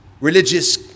religious